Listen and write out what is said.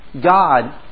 God